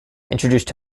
introduced